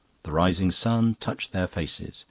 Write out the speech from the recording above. the rising sun touched their faces.